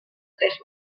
tres